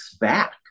back